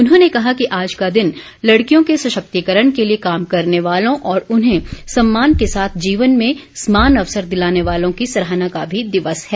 उन्होंने कहा कि आज का दिन लड़कियों के सशक्तिकरण के लिए काम करने वालों और उन्हें सम्मान के साथ जीवन में समान अवसर दिलाने वालों की सराहना का भी दिवस है